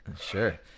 Sure